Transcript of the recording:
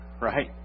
right